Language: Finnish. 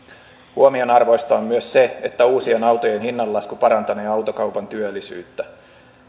huomionarvoista on myös se että uusien autojen hinnanlasku parantanee autokaupan työllisyyttä